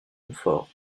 confort